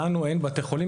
לנו אין בתי חולים,